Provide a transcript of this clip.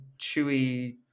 chewy